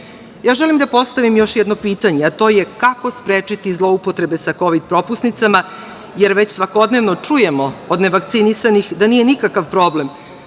da postavim još jedno pitanje, a to je kako sprečiti zloupotrebe sa kovid propusnicama, jer već svakodnevno čujemo od nevakcinisanih da nije nikakav problem